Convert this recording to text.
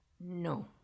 No